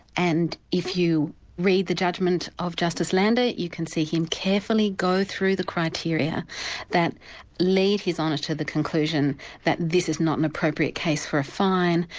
and if you read the judgment of justice lander, you can see him carefully go through the criteria that lead his honour to the conclusion that this is not an appropriate case for a fine,